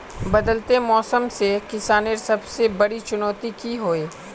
बदलते मौसम से किसानेर सबसे बड़ी चुनौती की होय?